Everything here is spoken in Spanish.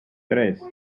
tres